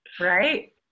right